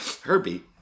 Herbie